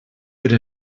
per